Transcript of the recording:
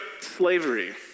slavery